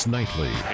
Nightly